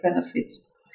benefits